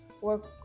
work